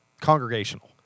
congregational